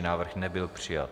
Návrh nebyl přijat.